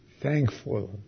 thankful